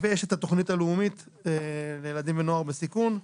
יש את התוכנית הלאומית לילדים ונוער בסיכון.